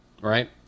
right